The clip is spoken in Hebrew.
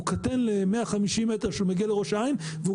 הוא קטן ל-150 מטר כשהוא מגיע לראש העין והוא